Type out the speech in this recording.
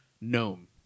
gnome